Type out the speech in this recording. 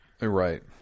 right